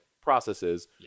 processes